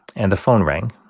and the phone rang.